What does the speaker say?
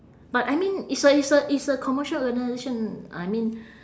but I mean it's a it's a it's a commercial organisation I mean